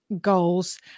goals